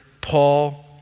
Paul